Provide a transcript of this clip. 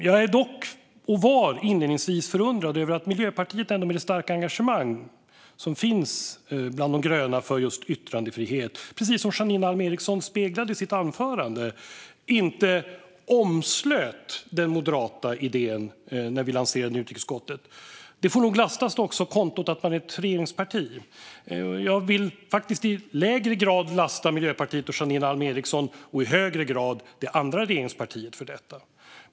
Jag var och är dock förundrad över att Miljöpartiet, med det starka engagemang som finns bland de gröna för just yttrandefrihet, precis som Janine Alm Ericson speglade i sitt anförande, inte omslöt den moderata idén när vi lanserade den i utrikesutskottet. Det får nog också lastas kontot att man är ett regeringsparti. Jag vill dock i lägre grad lasta Miljöpartiet och Janine Alm Ericson och i högre grad det andra regeringspartiet för detta.